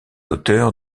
auteur